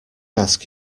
ask